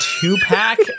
two-pack